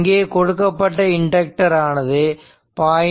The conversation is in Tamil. இங்கே கொடுக்கப்பட்ட இண்டக்டர் ஆனது 0